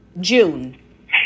June